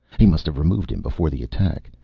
he must have removed him before the attack.